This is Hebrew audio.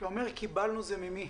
כשאתה אומר "קיבלנו", זה ממי?